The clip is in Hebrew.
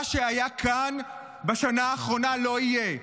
מה שהיה כאן בשנה האחרונה לא יהיה.